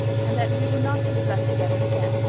and that we were not to be left together again,